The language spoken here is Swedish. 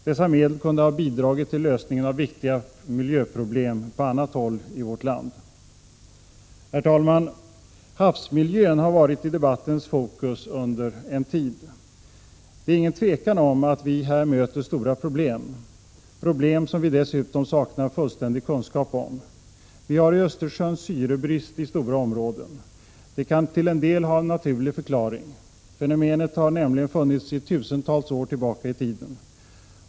Dessa medel skulle ha kunnat bidra till lösningen av viktiga miljöproblem på annat håll i vårt land. Herr talman! Havsmiljön har varit i debattens fokus under en tid. Det är ingen tvekan om att vi här möter stora problem. Det är dessutom problem som vi saknar fullständig kunskap om. Vi har i Östersjön syrebrist i stora områden. Den kan till en del ha en naturlig förklaring. Fenomenet har nämligen funnits sedan tusentals år tillbaka i tiden.